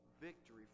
victory